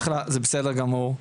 אחלה, זה בסדר גמור.